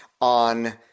on